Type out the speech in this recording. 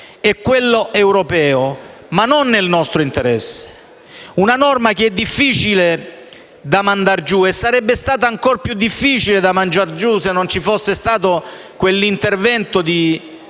e quello europeo (ma non nel nostro interesse). Una norma che è difficile da mandar giù - e sarebbe stata ancor più difficile da mandar giù, se non ci fosse stato l'intervento di